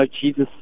Jesus